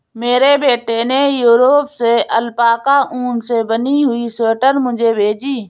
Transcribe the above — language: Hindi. मेरे बेटे ने यूरोप से अल्पाका ऊन से बनी हुई स्वेटर मुझे भेजी है